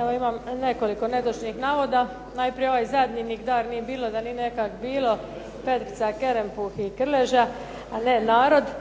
Evo imam nekoliko netočnih navoda. Najprije "Nigdar ni bilo da nije nikak bilo" Petrica Kerempuh i Krleža, a ne narod.